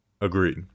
Agreed